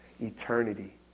Eternity